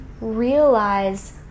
realize